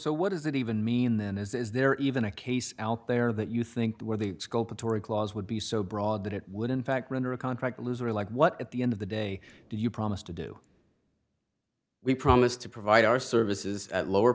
then is there even a case out there that you think where the scope atory clause would be so broad that it would in fact render a contract a loser like what at the end of the day do you promise to do we promise to provide our services at lower